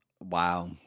Wow